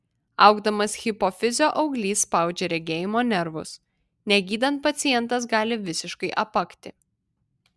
augdamas hipofizio auglys spaudžia regėjimo nervus negydant pacientas gali visiškai apakti